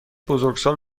بزرگسال